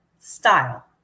style